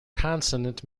consonant